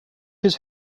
his